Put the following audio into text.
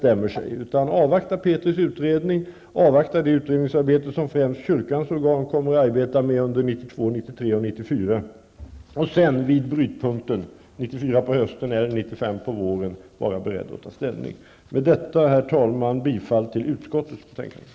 Det gäller alltså att avvakta Petris utredning och resultatet av det utredningsarbete som främst kyrkans organ kommer att syssla med under åren 1994 eller på våren 1995, får man vara beredd på ett ställningstagande. Med detta yrkar jag, herr talman, bifall till hemställan i utskottets betänkande.